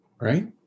right